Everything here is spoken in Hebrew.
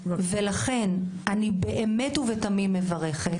ולכן, אני באמת ובתמים מברכת.